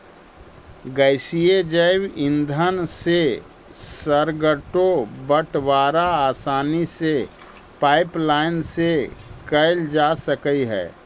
गैसीय जैव ईंधन से सर्गरो बटवारा आसानी से पाइपलाईन से कैल जा सकऽ हई